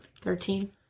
Thirteen